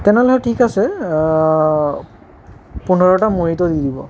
তেনেহ'লে ঠিক আছে পোন্ধৰটা মহিট' দি দিব